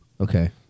Okay